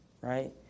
right